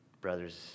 brothers